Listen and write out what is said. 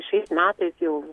šiais metais jau